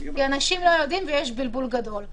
אנשים לא יודעים ויש בלבול גדול.